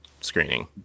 screening